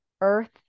Earth